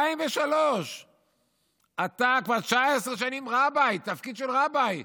2003. אתה כבר 19 שנים רביי, בתפקיד של רביי,